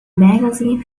magazine